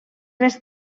més